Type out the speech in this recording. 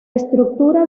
estructura